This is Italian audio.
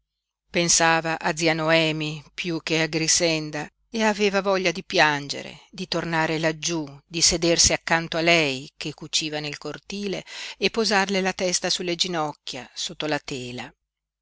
pensava a zia noemi piú che a grixenda e aveva voglia di piangere di tornare laggiú di sedersi accanto a lei che cuciva nel cortile e posarle la testa sulle ginocchia sotto la tela